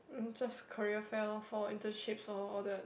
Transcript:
just career fair loh for internship lor all the